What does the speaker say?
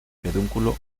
pedúnculo